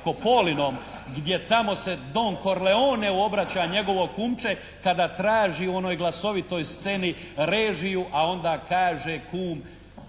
se ne razumije./ … gdje tamo se don Corleone obraća njegovo kumče kada traži u onoj glasovitoj sceni režiju, a onda kaže kum